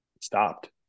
stopped